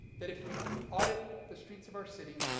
that if we audit the streets of our city,